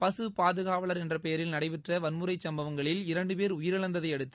பசு பாதுகாவல் என்ற பெயரில் நடைபெற்ற வன்மறை சம்பவங்களில் இரண்டு பேர் உயிரிழந்ததை அடுத்து